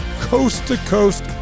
coast-to-coast